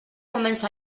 comença